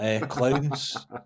clowns